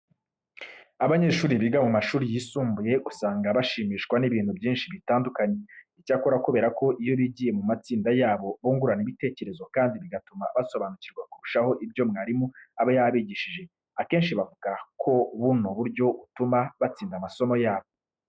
Abanyeshuri biga mu mashuri yisumbuye usanga bashimishwa n'ibintu byinshi bitandukanye. Icyakora kubera ko iyo bigiye mu matsinda yabo bungurana ibitekerezo kandi bigatuma basobanukirwa kurushaho ibyo mwarimu aba yabigishije, akenshi bavuga ko buno buryo butuma batsinda amasomo yabo.